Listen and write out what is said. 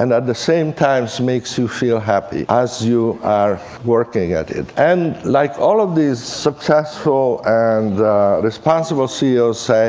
and at the same time so makes you feel happy as you are working at it. and like all of these successful and responsible ceos say,